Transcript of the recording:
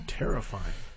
terrifying